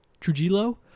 Trujillo